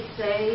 say